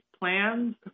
plans